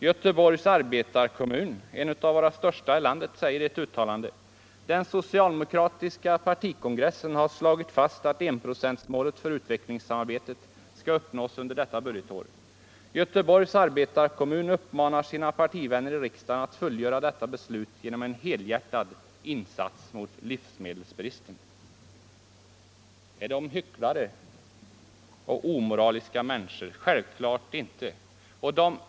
Göteborgs Arbetarekommun, en av de största i landet, säger i ett uttalande: Den socialdemokratiska partikongressen har slagit fast att enprocentsmålet för utvecklingssamarbetet skall uppnås under detta budgetår. Göteborgs Arbetarekommun uppmanar sina partivänner i riksdagen att fullgöra detta beslut genom en helhjärtad insats mot livsmedelsbristen. Är det hycklare och omoraliska människor? Självklart inte.